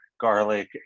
garlic